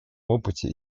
опыте